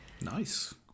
Nice